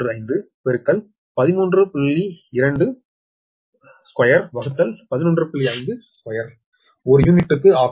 52 ஒரு யூனிட்டுக்கு ஆகும்